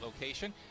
location